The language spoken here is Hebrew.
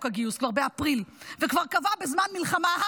הגיוס כבר באפריל וכבר קבע בזמן מלחמה,